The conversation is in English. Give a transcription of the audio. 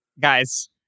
Guys